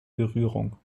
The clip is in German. berührung